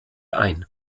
ein